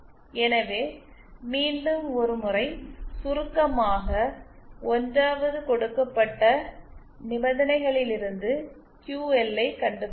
எனவே மீண்டும் ஒரு முறை சுருக்கமாக 1 வது கொடுக்கப்பட்ட நிபந்தனைகளிலிருந்து QL ஐக் கண்டுபிடிப்போம்